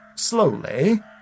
Slowly